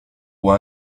può